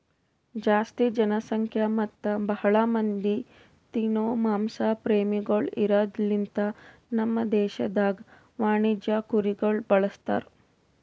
ಜಾಸ್ತಿ ಜನಸಂಖ್ಯಾ ಮತ್ತ್ ಭಾಳ ಮಂದಿ ತಿನೋ ಮಾಂಸ ಪ್ರೇಮಿಗೊಳ್ ಇರದ್ ಲಿಂತ ನಮ್ ದೇಶದಾಗ್ ವಾಣಿಜ್ಯ ಕುರಿಗೊಳ್ ಬಳಸ್ತಾರ್